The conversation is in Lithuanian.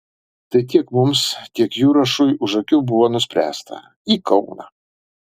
tai tiek mums tiek jurašui už akių buvo nuspręsta į kauną